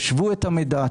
ישוו את המידע,